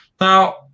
Now